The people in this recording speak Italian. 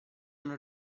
non